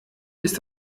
ist